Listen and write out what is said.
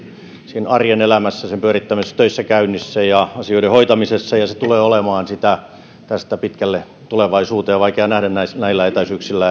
siinä arjen elämässä sen pyörittämisessä töissäkäynnissä ja asioiden hoitamisessa ja se tulee olemaan sitä tästä pitkälle tulevaisuuteen on vaikea nähdä näillä etäisyyksillä